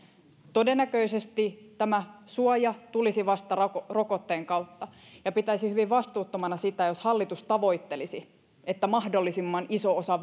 todennäköisesti tämä suoja tulisi vasta rokotteen rokotteen kautta ja pitäisin hyvin vastuuttomana sitä jos hallitus tavoittelisi että mahdollisimman iso osa